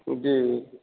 जी